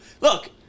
Look